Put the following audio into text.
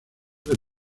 del